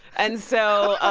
and so